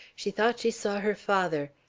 she thought she saw her father,